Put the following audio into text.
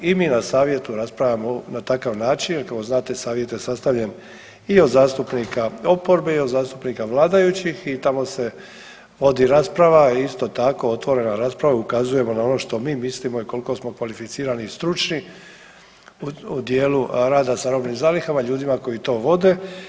I mi na savjetu raspravljamo na takav način i kako znate savjet je sastavljen i od zastupnika oporbe i od zastupnika vladajućih i tamo se vodi rasprava, isto tako otvorena rasprava, ukazujemo na ono što mi mislimo i koliko smo kvalificirani i stručni u dijelu rada sa robnim zalihama, ljudima koji to vode.